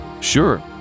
Sure